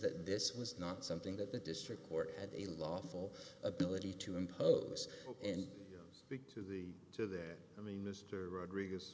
that this was not something that the district court at a lawful ability to impose and speak to the to their i mean mr rodriguez